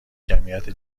جمعیت